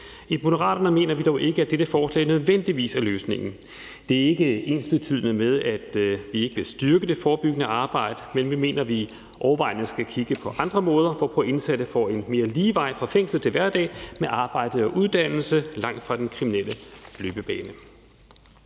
I Moderaterne mener vi dog ikke, at dette forslag nødvendigvis er løsningen. Det er ikke ensbetydende med, at vi ikke vil styrke det forebyggende arbejde, men vi mener, at vi overvejende skal kigge på andre måder, hvorpå indsatte får en mere lige vej fra fængsel til hverdag med arbejde og uddannelse langt fra den kriminelle løbebane.